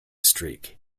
streak